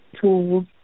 tools